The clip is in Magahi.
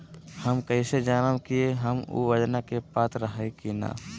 हम कैसे जानब की हम ऊ योजना के पात्र हई की न?